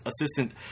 assistant